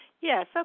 Yes